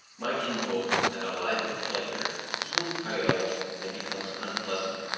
might invoke, that a life of pleasure soon palls and becomes unpleasant.